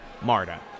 Marta